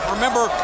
Remember